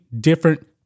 different